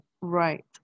right